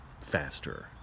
faster